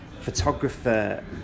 photographer